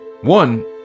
One